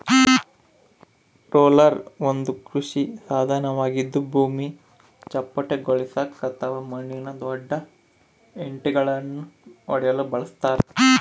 roller ಒಂದು ಕೃಷಿ ಸಾಧನವಾಗಿದ್ದು ಭೂಮಿ ಚಪ್ಪಟೆಗೊಳಿಸಾಕ ಅಥವಾ ಮಣ್ಣಿನ ದೊಡ್ಡ ಹೆಂಟೆಳನ್ನು ಒಡೆಯಲು ಬಳಸತಾರ